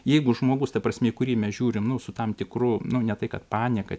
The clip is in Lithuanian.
jeigu žmogus ta prasme į kurį mes žiūrim nu su tam tikru nu ne tai kad panieka